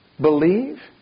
believe